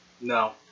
No